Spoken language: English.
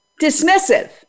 dismissive